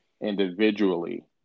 individually